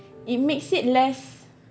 it makes it less